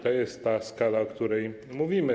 To jest ta skala, o której mówimy.